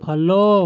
follow